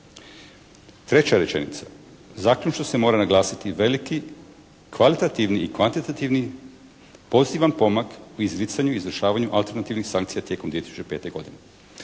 Treća rečenica. Zaključno se mora naglasiti veliki kvalitativni i kvantitativni poseban pomak izricanju i izvršavanju alternativnih sankcija tijekom 2005. godine.